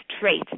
trait